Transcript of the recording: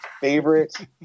Favorite